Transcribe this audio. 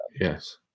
Yes